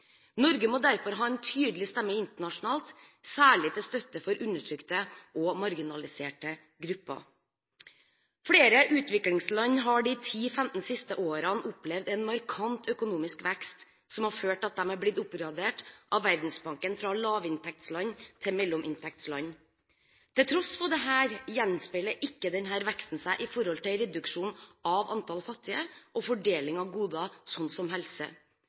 Norge må derfor ha en tydelig stemme internasjonalt, særlig til støtte for undertrykte og marginaliserte grupper. Flere utviklingsland har de 10–15 siste årene opplevd en markant økonomisk vekst, som har ført til at de av Verdensbanken har blitt oppgradert fra lavinntektsland til mellominntektsland. Til tross for dette gjenspeiler ikke denne veksten seg i reduksjon av antall fattige og fordeling av goder – sånn som helse.